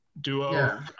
duo